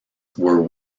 were